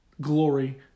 Glory